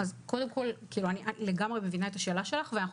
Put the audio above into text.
קודם כל אני לגמרי מבינה את השאלה שלך ואנחנו